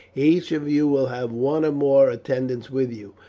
each of you will have one or more attendants with you,